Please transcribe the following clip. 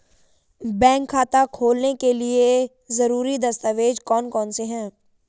Bank खाता खोलने के लिए ज़रूरी दस्तावेज़ कौन कौनसे हैं?